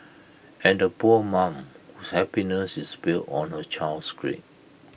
and poor mum whose happiness is built on her child's grades